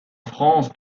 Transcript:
france